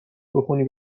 بخونی